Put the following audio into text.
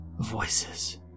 Voices